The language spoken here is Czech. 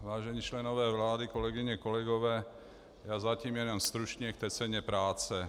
Vážení členové vlády, kolegyně, kolegové, já zatím jenom stručně k ceně práce.